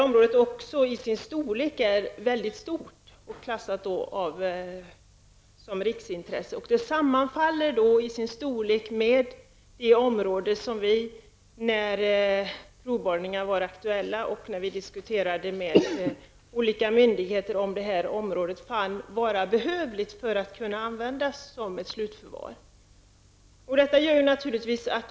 Området är till sin storlek mycket stort. Det sammanfaller i sin storlek med det område där provborrningar gjordes när man diskuterade med olika myndigheter om området var behövligt för användning vid slutförvar.